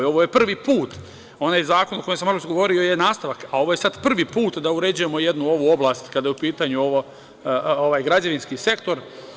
Ovo je prvi put, onaj zakon o kojem sam maločas govorio je nastavak, a ovo je sad prvi put da uređujemo jednu ovu oblast kada je u pitanju ovaj građevinski sektor.